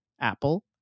Apple